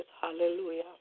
Hallelujah